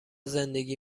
زندگی